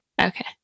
Okay